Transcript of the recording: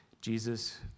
Jesus